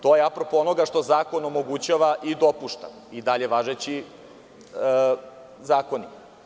To je apropo onoga što zakon omogućava i dopušta i dalje važeći zakoni.